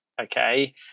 Okay